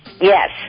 Yes